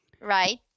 right